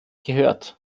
gehört